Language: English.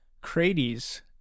crates